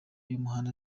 y’umuhanda